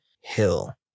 hill